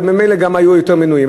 וממילא גם היו יותר מנויים.